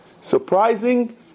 Surprising